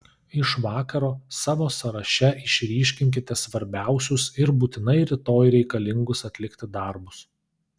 iš vakaro savo sąraše išryškinkite svarbiausius ir būtinai rytoj reikalingus atlikti darbus